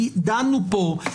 דנו פה,